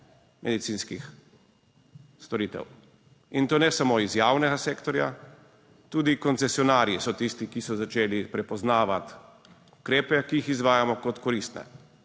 medicinskih storitev, in to ne samo iz javnega sektorja, tudi koncesionarji so tisti, ki so začeli prepoznavati ukrepe, ki jih izvajamo, kot koristne